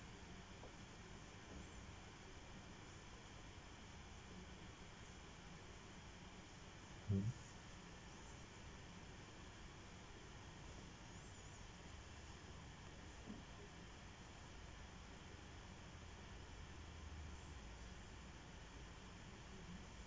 mmhmm